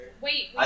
Wait